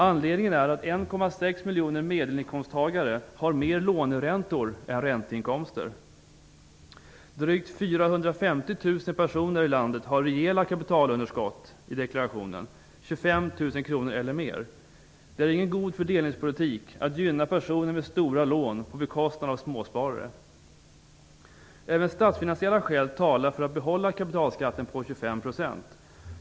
Anledningen är att 1,6 miljoner medelinkomsttagare har mer låneräntor än ränteinkomster. Drygt 450 000 personer i landet har rejäla kapitalunderskott i deklarationen, 25 000 kr eller mer. Det är ingen god fördelningspolitik att gynna personer med stora lån på bekostnad av småsparare. Även statsfinansiella skäl talar för att behålla kapitalskatten på 25 %.